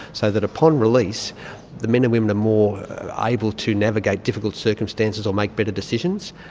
so that upon release the men and women are more able to navigate difficult circumstances or make better decisions.